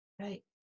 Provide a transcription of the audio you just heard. Right